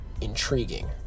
intriguing